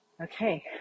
Okay